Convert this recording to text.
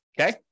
Okay